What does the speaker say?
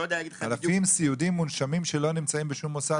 אלפים סיעודיים מונשמים שלא נמצאים בשום מוסד,